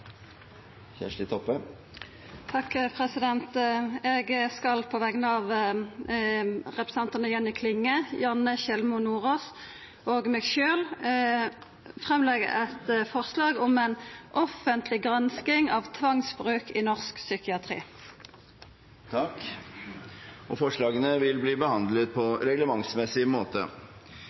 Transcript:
Kjersti Toppe vil fremsette et representantforslag. Eg skal på vegner av representantane Jenny Klinge, Janne Sjelmo Nordås og meg sjølv leggja fram eit forslag om ei offentleg gransking av tvangsbruk i norsk psykiatri. Forslagene vil bli behandlet på reglementsmessig måte.